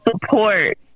support